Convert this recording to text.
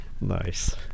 Nice